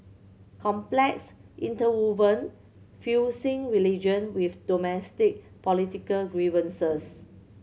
complex interwoven fusing religion with domestic political grievances